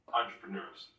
entrepreneurs